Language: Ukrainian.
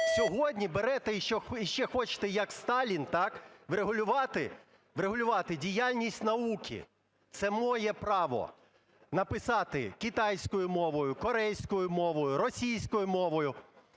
сьогодні берете і ще хочете, як Сталін, так, врегулювати, врегулювати діяльність науки. Це моє право - написати китайською мовою, корейською мовою, російською мовою.